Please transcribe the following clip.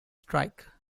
strike